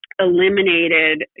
eliminated